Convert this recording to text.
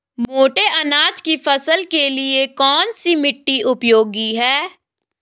मोटे अनाज की फसल के लिए कौन सी मिट्टी उपयोगी है?